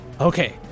okay